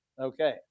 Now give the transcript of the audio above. Okay